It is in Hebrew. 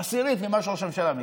עשירית ממה שראש הממשלה מקבל.